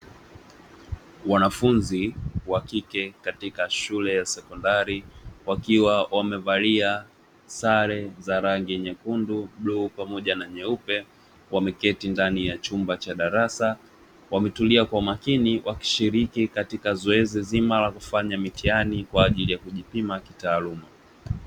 Wanafunzi wa kike katika shule ya sekondari wakiwa wamevalia sare za rangi ya: bluu, nyekundu pamoja na nyeupe; wameketi ndani ya chumba cha darasa, wametulia kwa umakini wakishiriki katika zoezi zima la kufanya mitihani kwa ajili ya kujipima kitaaluma.